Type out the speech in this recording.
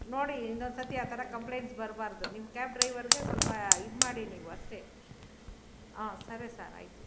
ನೋಡಿ ಇನ್ನೊಂದು ಸತಿ ಆ ಥರ ಕಂಪ್ಲೇಂಟ್ಸ್ ಬರಬಾರ್ದು ನಿಮ್ಮ ಕ್ಯಾಬ್ ಡ್ರೈವರ್ಗೆ ಸ್ವಲ್ಪ ಇದು ಮಾಡಿ ನೀವು ಅಷ್ಟೇ ಹಾಂ ಸರಿ ಸರ್ ಆಯಿತು